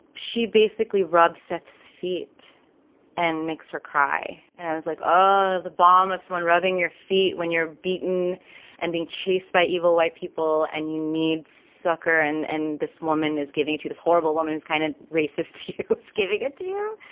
she basically rubs seth's feet and makes her cry. and i was like, oh, the bomb of someone rubbing your feet when you're beaten and being chased by evil white people and you need succor. and and this woman is giving to this horrible woman who's kind of racist to giving it to you.